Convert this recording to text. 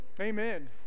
Amen